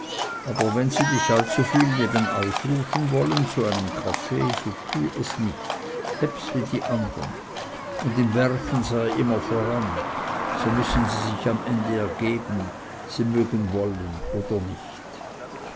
aber wenn sie dich zu viel nebenausrufen wollen zu einem kaffee so tue es nicht hebs wie die andern und im werche sei immer voran so müssen sie sich am ende ergeben sie mögen wollen oder nicht